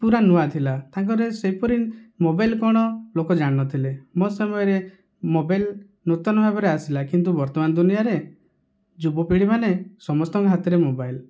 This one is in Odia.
ପୁରା ନୂଆ ଥିଲା ତାଙ୍କରେ ସେପରି ମୋବାଇଲ କ'ଣ ଲୋକ ଜାଣିନଥିଲେ ମୋ ସମୟରେ ମୋବାଇଲ ନୂତନ ଭାବରେ ଆସିଲା କିନ୍ତୁ ବର୍ତ୍ତମାନ ଦୁନିଆଁରେ ଯୁବ ପିଢ଼ିମାନେ ସମସ୍ତଙ୍କ ହାଥରେ ମୋବାଇଲ